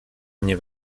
mnie